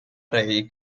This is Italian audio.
ray